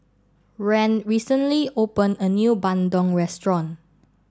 rand recently opened a new Bandung restaurant